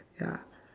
ya